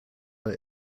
der